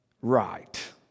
Right